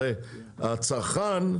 הרי הצרכן,